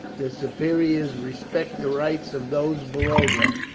the superiors respect the rights of those below them.